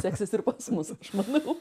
seksis ir pas mus aš manau